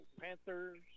Panthers